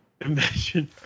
Imagine